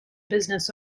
business